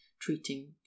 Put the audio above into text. treating